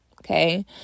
Okay